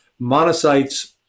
Monocytes